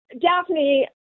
Daphne